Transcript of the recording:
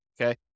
okay